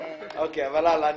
אבל נעבור הלאה.